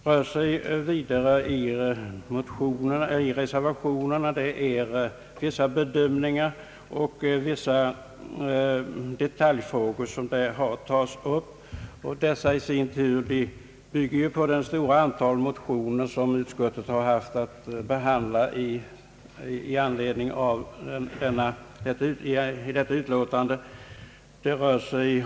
Reservationerna gäller vissa bedömningar och detaljfrågor, som i sin tur bygger på det stora antal motioner som utskottet haft att behandla i samband med detta utlåtande.